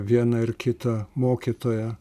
vieną ir kitą mokytoją